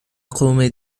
قوم